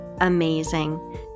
amazing